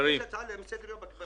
יש לי הצעה לסדר היום במליאה.